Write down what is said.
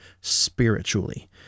spiritually